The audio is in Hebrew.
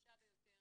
החלשה ביותר